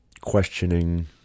questioning